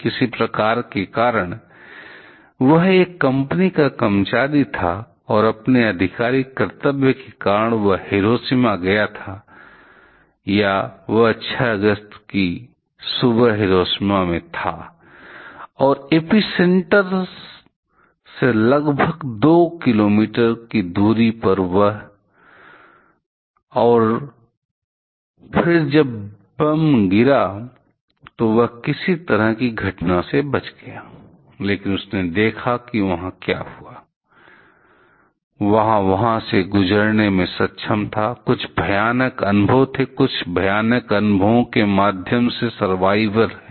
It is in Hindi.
किसी प्रकार के कारण वह एक कंपनी का कर्मचारी था और अपने आधिकारिक कर्तव्य के कारण वह हिरोशिमा गया था या वह 6 अगस्त की सुबह हिरोशिमा में था और एपिसेंटर से लगभग 2 किलोमीटर की दूरी पर और फिर जब बम गिरा तो वह किसी तरह घटना से बच गया लेकिन उसने देखा कि वहां क्या हुआ वह वहां से गुजरने में सक्षम था कुछ भयानक अनुभव थे कुछ भयानक अनुभवों के माध्यम से सर्वाइव हैं